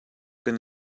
kan